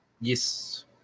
Yes